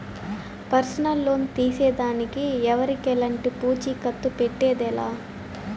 personal loan తీసేదానికి ఎవరికెలంటి పూచీకత్తు పెట్టేదె లా